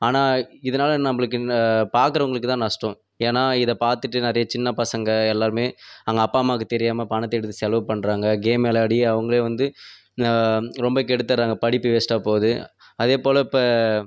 ஆனால் இதனால நம்மளுக்கு இந்த பாக்கிறவங்களுக்குதான் நஷ்டம் ஏன்னா இதை பார்த்துட்டு நிறையா சின்ன பசங்க எல்லோருமே அவங்க அப்பா அம்மாவுக்கு தெரியாமல் பணத்தை எடுத்து செலவு பண்ணுறாங்க கேம் விளையாடி அவங்களே வந்து ரொம்ப கெடுத்துட்றாங்க படிப்பு வேஸ்ட்டாக போகுது அதேபோல் இப்போ